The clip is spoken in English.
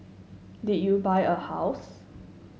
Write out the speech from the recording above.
did you buy a house